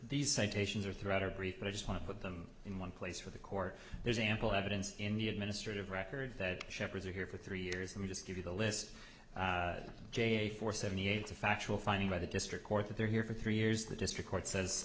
these citations are throughout our brief but i just want to put them in one place for the court there's ample evidence in the administrative record that shepherds are here for three years and we just give you the list j a four seventy eight a factual finding by the district court that they're here for three years the district court says